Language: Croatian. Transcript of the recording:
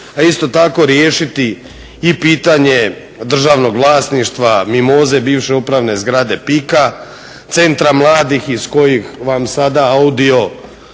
a isto tako riješiti i pitanje državnog vlasništva mimoze bivše upravne zgrade PIK-a, centra mladih iz kojih vam sada audio